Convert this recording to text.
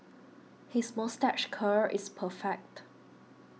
his moustache curl is perfect